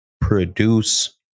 produce